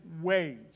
wage